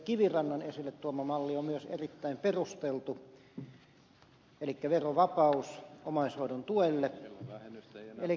kivirannan esille tuoma malli on myös erittäin perusteltu elikkä verovapaus omaishoidon tuelle